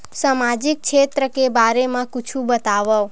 सामजिक क्षेत्र के बारे मा कुछु बतावव?